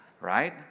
Right